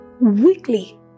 weekly